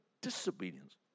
disobedience